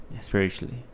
Spiritually